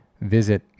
visit